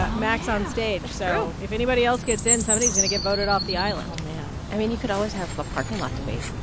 ah max on stage. so if anybody else gets in, somebody is going to get voted off the island oh, man i mean, you could always have a parking lot debate